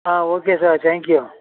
ಹಾಂ okay sir thank you